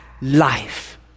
life